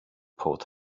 pot